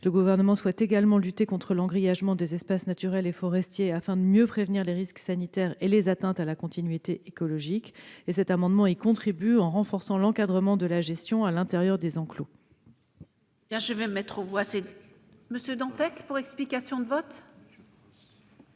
rapporteur. Nous souhaitons également lutter contre l'engrillagement des espaces naturels et forestiers, afin de mieux prévenir les risques sanitaires et les atteintes à la continuité écologique. L'adoption de ces amendements y contribuerait en renforçant l'encadrement de la gestion à l'intérieur des enclos.